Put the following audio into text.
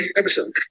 episode